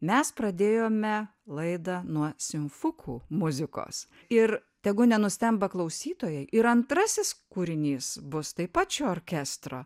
mes pradėjome laidą nuo simfukų muzikos ir tegu nenustemba klausytojai ir antrasis kūrinys bus taip pat šio orkestro